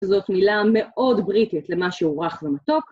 זאת מילה מאוד בריטית למשהו רך ומתוק.